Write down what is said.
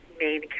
main